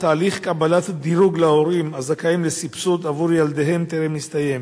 תהליך קבלת הדירוג להורים הזכאים לסבסוד עבור ילדיהם טרם נסתיים.